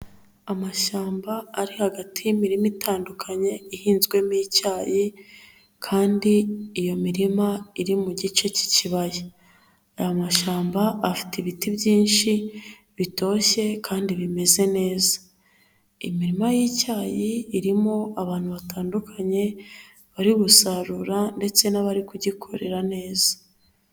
Amashyamba ari hagati y'imirima itandukanye, ihinzwemo icyayi kandi iyo mirima iri mu gice cy'ikibaya. Aya mashyamba afite ibiti byinshi bitoshye kandi bimeze neza. Imirima y'icyayi irimo abantu batandukanye bari gusarura ndetse n'abari kugikorera neza.